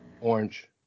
Orange